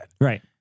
Right